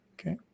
Okay